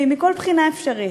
מכל בחינה אפשרית,